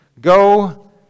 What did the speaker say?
Go